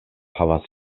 havas